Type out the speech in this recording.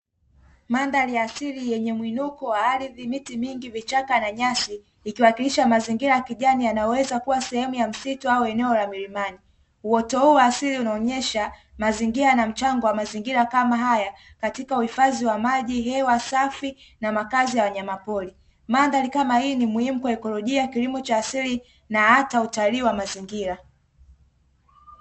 Mandhari ya asili yenye mwinuko wa ardhi, miti mingi, vichaka na nyasi vikiwakilisha mazingira ya kijani yanayoweza kuwa sehemu ya msitu au eneo la milimani. Uoto huu wa asili unaonyesha mazingira yana mchango wa mazingira kama haya katika uhifadhi wa maji, hewa safi na makazi ya wanyamapori. Mandhari kama hii ni muhimu kwa ikolojia ya kilimo cha asili na hata utalii wa mazingira.